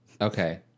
Okay